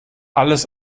alles